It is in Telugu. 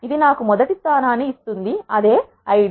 ఇది నాకు మొదటి స్థానాన్ని ఇస్తుందిఅదే ఐడి